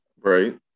Right